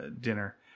dinner